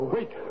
Wait